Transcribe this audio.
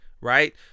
right